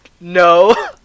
No